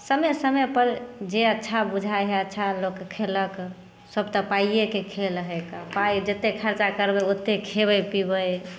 समय समय पर जे अच्छा बुझाय हइ अच्छा लोक खेलक सब तऽ पाइयेके खेल हइ तऽ पाइ जते खर्चा करबै ओते खेबै पीबै